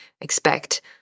expect